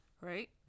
right